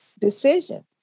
decision